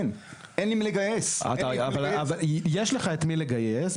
אין את מי לגייס.